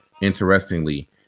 interestingly